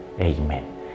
Amen